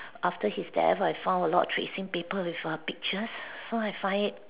after his death I found a lot of tracing paper with err pictures so I find it